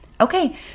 Okay